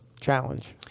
challenge